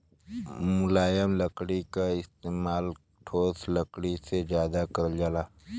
मुलायम लकड़ी क इस्तेमाल ठोस लकड़ी से जादा करल जाला